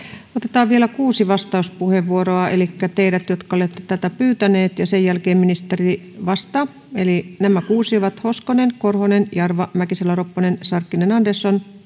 otetaan vielä kuusi vastauspuheenvuoroa elikkä teidät jotka olette tätä pyytäneet ja sen jälkeen ministeri vastaa eli nämä kuusi ovat hoskonen korhonen jarva mäkisalo ropponen sarkkinen ja andersson